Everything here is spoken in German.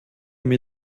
mir